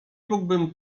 mógłbym